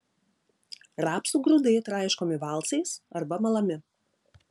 rapsų grūdai traiškomi valcais arba malami